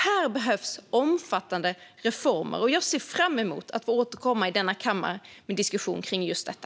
Här behövs det omfattande reformer, och jag ser fram emot att få återkomma i denna kammare med en diskussion kring just detta.